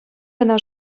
кӑна